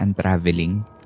traveling